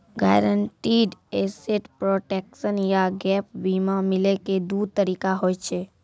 guaranteed asset protection या gap बीमा मिलै के दु तरीका होय छै